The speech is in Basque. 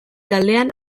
taldean